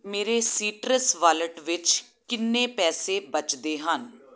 ਮੇਰੇ ਸੀਟਰਸ ਵਾਲਿਟ ਵਿੱਚ ਕਿੰਨੇ ਪੈਸੇ ਬਚਦੇ ਹਨ